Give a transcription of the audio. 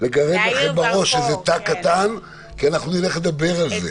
לגרד לכם בראש איזה תא קטן, כי נדבר על זה.